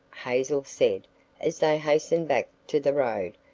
hazel said as they hastened back to the road.